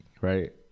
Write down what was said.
right